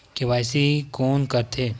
KYC कोन करथे?